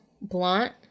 blunt